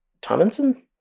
Tomlinson